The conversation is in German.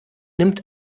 nimmt